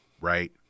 right